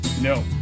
No